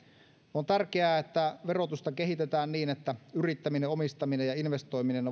on tärkeää että verotusta kehitetään niin että yrittäminen omistaminen ja investoiminen